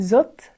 Zot